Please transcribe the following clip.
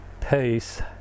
pace